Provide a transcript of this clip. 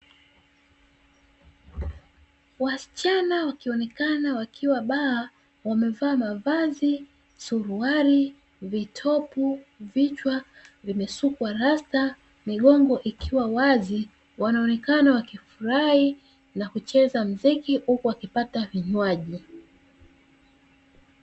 Wasichana wakionekana wakiwa baa wamevaa mavazi; suruali, vitopu, vichwa vimesukwa rasta migongo ikiwa wazi. Wanaonekana wakifurahi na kucheza mziki huku wakipata vinywaji.